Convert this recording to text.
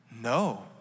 No